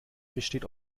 besteht